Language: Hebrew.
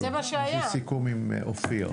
יש לי סיכום עם אופיר.